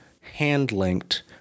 hand-linked